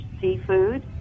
seafood